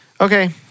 Okay